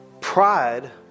Pride